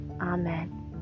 amen